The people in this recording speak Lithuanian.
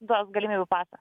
duos galimybių pasą